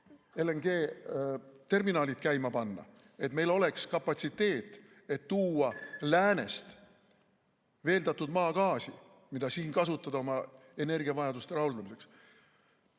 LNG‑terminalid käima panna, et meil oleks kapatsiteet, et tuua läänest veeldatud maagaasi, mida siin kasutada oma energiavajaduste rahuldamiseks.